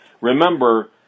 Remember